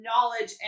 knowledge